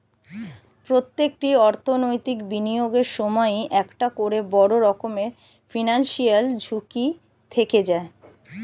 প্রত্যেকটি অর্থনৈতিক বিনিয়োগের সময়ই একটা করে বড় রকমের ফিনান্সিয়াল ঝুঁকি থেকে যায়